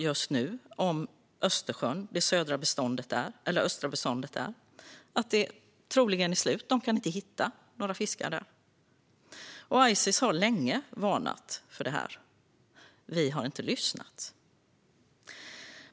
Just nu hör vi att det östra beståndet i Östersjön troligen är slut. Man kan inte hitta några fiskar där. Ices har länge varnat för detta. Vi har inte lyssnat.